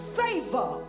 favor